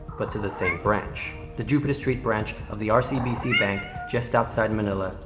but to the same branch. the jupiter street branch of the ah rcbc bank, just outside manila,